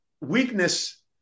weakness